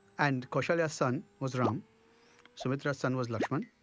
and kausalya's son was ram sumitra's son was laxman